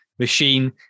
machine